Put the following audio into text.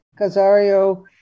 Casario